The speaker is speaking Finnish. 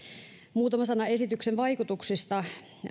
muutama sana esityksen vaikutuksista